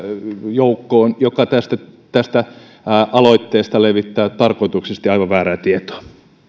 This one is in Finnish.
joukkoon joka tästä tästä aloitteesta levittää tarkoituksellisesti aivan väärää tietoa